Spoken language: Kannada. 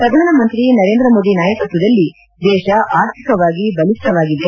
ಶ್ರಧಾನಿ ನರೇಂದ್ರ ಮೋದಿ ನಾಯಕತ್ವದಲ್ಲಿ ದೇಶ ಆರ್ಥಿಕವಾಗಿ ಬಲಿಷ್ಠವಾಗಿದೆ